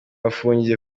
afungiye